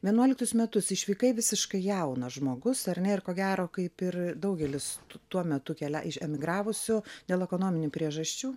vienuoliktus metus išvykai visiškai jaunas žmogus ar ne ir ko gero kaip ir daugelis tuo metu kelia išemigravusių dėl ekonominių priežasčių